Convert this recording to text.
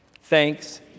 Thanks